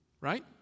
right